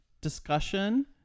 discussion